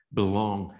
belong